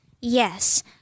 Yes